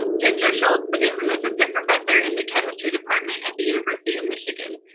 ginger shultz is an assistant professor in the chemistry department at the university of michigan.